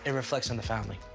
and reflects on the family.